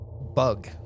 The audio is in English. bug